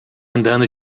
andando